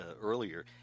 earlier